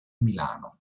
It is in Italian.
milano